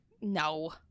No